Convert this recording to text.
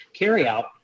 carryout